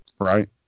right